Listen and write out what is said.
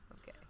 okay